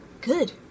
Good